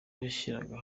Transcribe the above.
yashyiraga